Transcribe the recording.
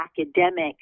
academic